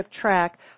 track